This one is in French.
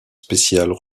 spéciales